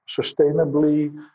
sustainably